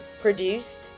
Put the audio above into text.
produced